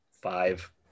five